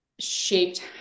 shaped